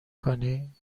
کنی